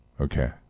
Okay